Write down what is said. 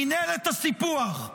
מינהלת הסיפוח.